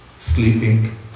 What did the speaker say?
sleeping